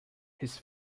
his